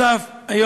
נוסף על כך,